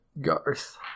Garth